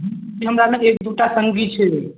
जी हमरा ने एक दुइटा सङ्गी छै